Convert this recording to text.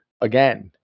again